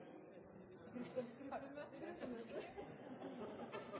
vi skal la